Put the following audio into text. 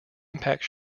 impact